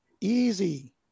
Easy